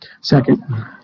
Second